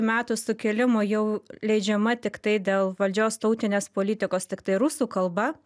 metų sukilimo jau leidžiama tiktai dėl valdžios tautinės politikos tiktai rusų kalba